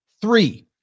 Three